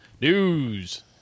News